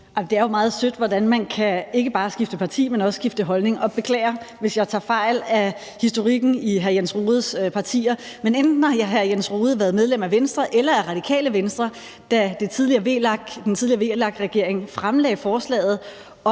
Det er jo meget sødt, hvordan man ikke bare kan skifte parti, men også kan skifte holdning. Jeg beklager, hvis jeg tager fejl af historikken i hr. Jens Rohdes partier, men enten har hr. Jens Rohde været medlem af Venstre eller af Radikale Venstre, da den tidligere VLAK-regering fremsatte forslaget om